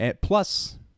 Plus